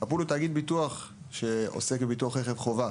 הפול הוא תאגיד ביטוח שעוסק בביטוחי רכב חובה